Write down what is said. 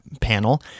panel